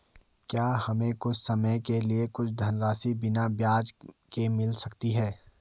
क्या हमें कुछ समय के लिए कुछ धनराशि बिना ब्याज के मिल सकती है?